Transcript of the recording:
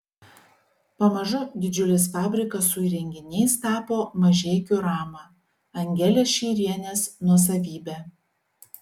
pamažu didžiulis fabrikas su įrenginiais tapo mažeikių rama angelės šeirienės nuosavybe